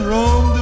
Rome